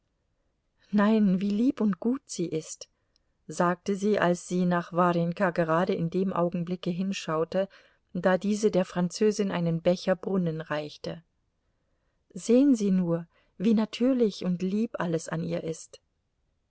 nein wie lieb und gut sie ist sagte sie als sie nach warjenka gerade in dem augenblicke hinschaute da diese der französin einen becher brunnen reichte sehen sie nur wie natürlich und lieb alles an ihr ist